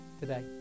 today